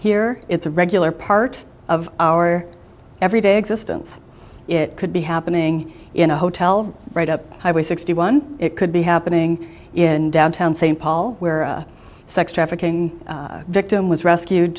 here it's a regular part of our everyday existence it could be happening in a hotel right up highway sixty one it could be happening in downtown st paul where a sex trafficking victim was rescued